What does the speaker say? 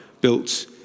built